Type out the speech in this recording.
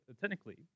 technically